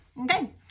Okay